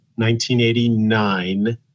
1989